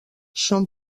són